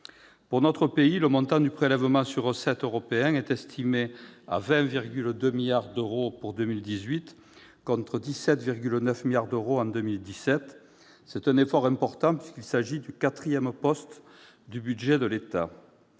Pour notre pays, le montant du prélèvement sur recettes européen est estimé à 20,2 milliards d'euros pour 2018, contre 17,9 milliards d'euros en 2017. C'est un effort important, puisqu'il s'agit du quatrième poste du budget de l'État.